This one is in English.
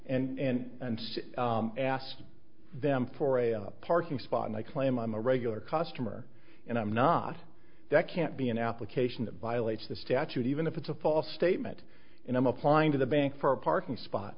bank and asked them for a parking spot and they claim i'm a regular customer and i'm not that can't be an application that violates the statute even if it's a false statement and i'm applying to the bank for a parking spot